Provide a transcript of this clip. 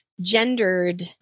gendered